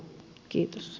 kiitos